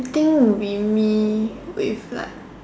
I think would be me with like